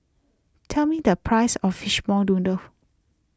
tell me the price of Fishball Noodle